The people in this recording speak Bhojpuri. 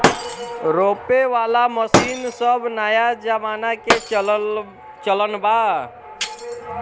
रोपे वाला मशीन सब नया जमाना के चलन बा